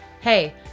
Hey